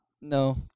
No